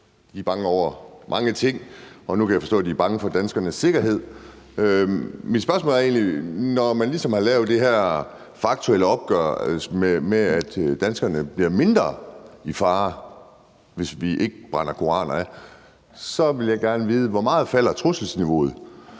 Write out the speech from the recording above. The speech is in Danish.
De er bange for mange ting, og nu kan jeg forstå, at de er bange for danskernes sikkerhed. Når man har lavet den her faktuelle opgørelse af, at danskerne bliver mindre i fare, hvis vi ikke brænder koraner af, vil jeg egentlig gerne vide: Hvor meget falder trusselsniveauet,